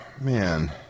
Man